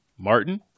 Martin